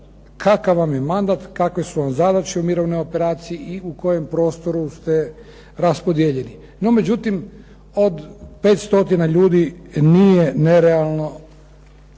kakav je mandat, kakve su vam zadaće u mirovnoj operaciji i u kojem prostoru ste raspodijeljeni. No međutim, od 500 ljudi nije nerealno